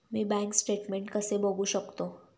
मी bank statement कसे बघू शकतो?